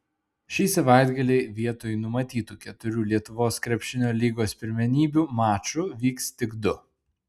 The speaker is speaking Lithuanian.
šį savaitgalį vietoj numatytų keturių lietuvos krepšinio lygos pirmenybių mačų vyks tik du